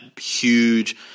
huge